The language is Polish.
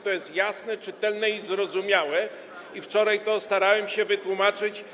To jest jasne, czytelne i zrozumiałe i wczoraj starałem się to wytłumaczyć.